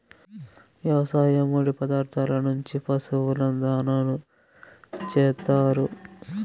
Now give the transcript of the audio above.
వ్యవసాయ ముడి పదార్థాల నుంచి పశువుల దాణాను చేత్తారు